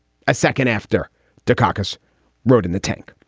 a second after dukakis rode in the tank.